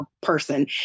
person